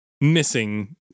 missing